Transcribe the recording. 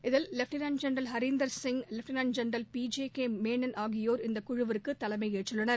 இதில் lieutenant general Harinder Singh lieutenant general P G K Menon ஆகியோர் இந்த குழுவிற்கு தலைமையேற்றுள்ளனர்